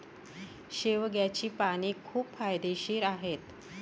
शेवग्याची पाने खूप फायदेशीर आहेत